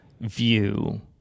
view